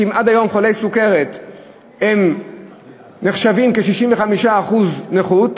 שאם עד היום חולי סוכרת נחשבים כ-65% נכות,